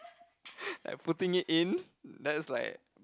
like putting in that's like